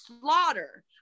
slaughter